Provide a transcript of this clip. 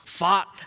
fought